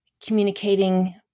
communicating